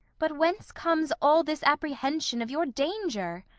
but whence comes all this apprehension of your danger?